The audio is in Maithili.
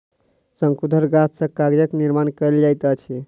शंकुधर गाछ सॅ कागजक निर्माण कयल जाइत अछि